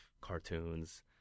cartoons